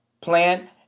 plan